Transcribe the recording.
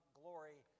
glory